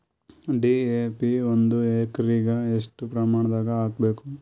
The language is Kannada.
ಡಿ.ಎ.ಪಿ ಒಂದು ಎಕರಿಗ ಎಷ್ಟ ಪ್ರಮಾಣದಾಗ ಹಾಕಬೇಕು?